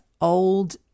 old